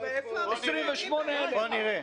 בואו נראה.